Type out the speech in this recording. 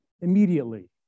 immediately